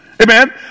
Amen